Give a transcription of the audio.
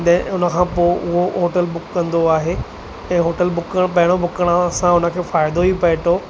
then उन खां पोइ उहो होटल बुक कंदो आहे ऐं होटल बुक करणु पहिरों बुक करण सां हुन खे फ़ाइदो ई पए थो